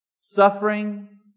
Suffering